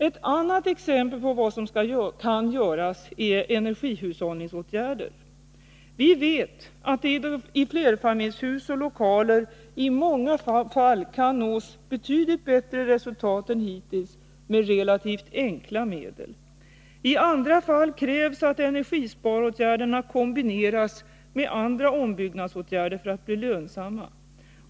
Ett annat exempel på vad som kan göras är energihushållningsåtgärder. Vi vet att det i flerfamiljshus och lokaler i många fall kan nås betydligt bättre resultat än hittills med relativt enkla medel. I andra fall krävs att energisparåtgärderna kombineras med andra ombyggnadsåtgärder för att bli lönsamma.